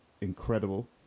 incredible